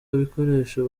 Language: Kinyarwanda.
ibikoresho